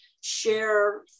share